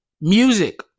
Music